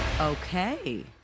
Okay